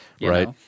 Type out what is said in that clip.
Right